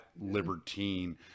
libertine